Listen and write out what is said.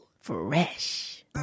Fresh